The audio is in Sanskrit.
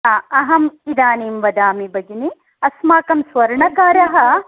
हा अहम् इदानीं वदामि भगिनि अस्माकं स्वर्णकारः